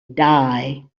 die